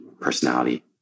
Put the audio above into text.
personality